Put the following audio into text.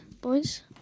boys